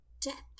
depth